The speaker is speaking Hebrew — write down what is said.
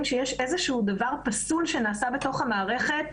שיש איזשהו דבר פסול שנעשה בתוך המערכת,